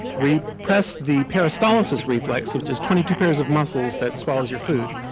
repress the peristalsis reflex which is twenty two pairs of muscles that swallows your food.